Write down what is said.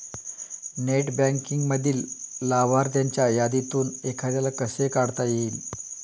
Net बँकिंगमधील लाभार्थ्यांच्या यादीतून एखाद्याला कसे काढता येईल?